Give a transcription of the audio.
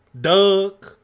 Doug